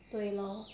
对咯